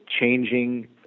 changing